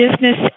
business